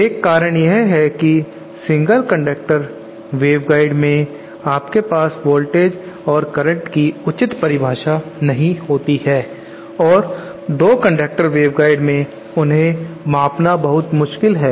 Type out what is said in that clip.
एक कारण यह है कि सिंगल कंडक्टर वेवगाइड्स में आपके पास वोल्टेज और करंट की उचित परिभाषा नहीं होती है और दो कंडक्टर वेवगाइड्स मैं उन्हें मापना बहुत मुश्किल है